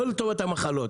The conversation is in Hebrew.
לא לטובת המחלות.